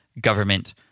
government